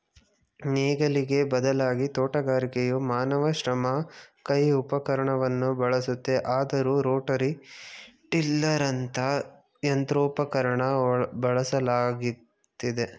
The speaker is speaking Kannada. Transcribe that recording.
ನೇಗಿಲಿಗೆ ಬದಲಾಗಿ ತೋಟಗಾರಿಕೆಯು ಮಾನವ ಶ್ರಮ ಕೈ ಉಪಕರಣವನ್ನು ಬಳಸುತ್ತೆ ಆದರೂ ರೋಟರಿ ಟಿಲ್ಲರಂತ ಯಂತ್ರೋಪಕರಣನ ಬಳಸಲಾಗ್ತಿದೆ